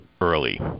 early